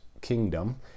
kingdom